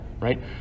right